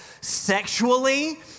sexually